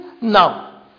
No